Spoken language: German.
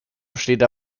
besteht